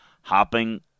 hopping